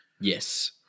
Yes